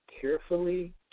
carefully